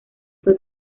fue